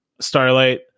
starlight